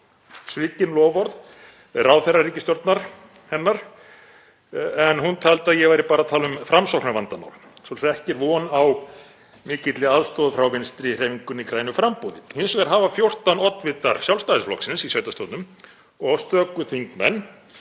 svikin loforð ráðherra ríkisstjórnar hennar en hún taldi að ég væri bara að tala um Framsóknarvandamál svo ekki er von á mikilli aðstoð frá Vinstrihreyfingunni – grænu framboði. Hins vegar hafa 14 oddvitar Sjálfstæðisflokksins í sveitarstjórnum og stöku þingmenn